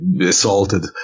assaulted